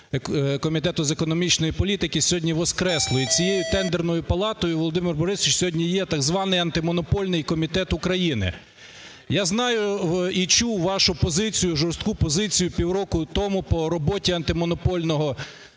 Комітету з економічної політики, сьогодні воскресли. І цією Тендерною палатою, Володимир Борисович, сьогодні є так званий Антимонопольний комітет України. Я знаю і чув вашу позицію, жорстку позицію, півроку тому по роботі Антимонопольного комітету